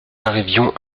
arrivions